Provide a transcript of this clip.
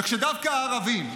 כשדווקא הערבים,